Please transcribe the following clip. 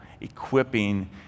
equipping